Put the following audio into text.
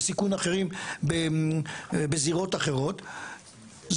וסיכון אחרים בזירות אחרות,